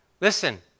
listen